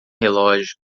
relógio